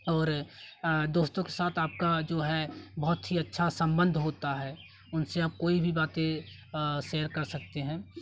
और दोस्तों के साथ आपका जो है बहुत ही अच्छा संबंध होता है उनसे आप कोई सी भी बातें शेयर कर सकते हैं